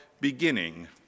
beginning